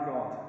God